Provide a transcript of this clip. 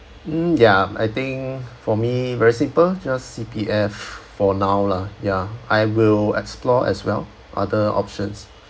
mm ya I think for me very simple just C_P_F for now lah ya I will explore as well other options